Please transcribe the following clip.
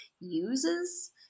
uses